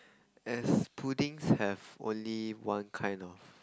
as puddings have only one kind of